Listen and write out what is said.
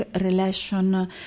relation